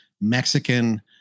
Mexican